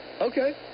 Okay